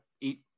eat